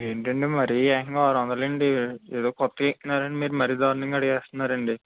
ఏంటండి మరీ ఏకంగా ఆరు వందలా అండి ఏదో కొత్తగా ఎక్కినట్టు మీరు మరీ దారుణంగా అడిగేస్తున్నారండి